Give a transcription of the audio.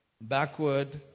backward